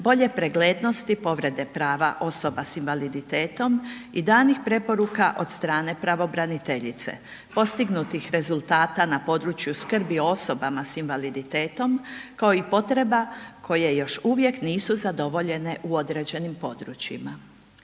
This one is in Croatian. bolje preglednosti povrede prava osoba s invaliditetom i danih preporuka od strane pravobraniteljice, postignutih rezultata na području skrbi o osobama s invaliditetom kao i potreba koje još uvijek nisu zadovoljene u određenim područjima.